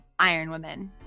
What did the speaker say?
ironwomen